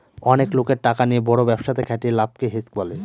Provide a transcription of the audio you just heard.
অনেক লোকের টাকা নিয়ে বড় ব্যবসাতে খাটিয়ে লাভকে হেজ বলে